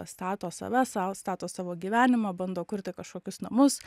pastato save sa stato savo gyvenimą bando kurti kažkokius namus